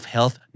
Health